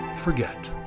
forget